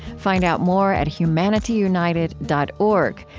find out more at humanityunited dot org,